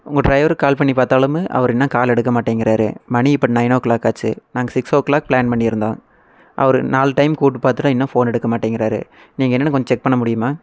உங்கள் ட்ரைவருக்கு கால் பண்ணி பார்த்தாலுமே அவர் இன்னும் கால் எடுக்கமாட்டேங்கிறார் மணி இப்போ நைன் ஓ க்ளாக் ஆச்சு நாங்கள் சிக்ஸ் ஓ க்ளாக் ப்ளான் பண்ணியிருந்தோம் அவர் நாலு டைம் கூப்பிட்டு பார்த்துட்டோம் இன்னும் ஃபோன் எடுக்கமாட்டேங்கிறார் நீங்கள் என்னன்னு கொஞ்சம் செக் பண்ண முடியுமா